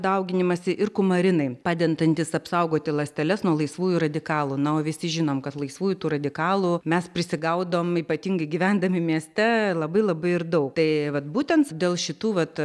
dauginimąsi ir kumarinai padedantis apsaugoti ląsteles nuo laisvųjų radikalų na o visi žinom kad laisvųjų tų radikalų mes prisigaudom ypatingai gyvendami mieste labai labai ir daug tai vat būtent dėl šitų vat